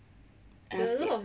I think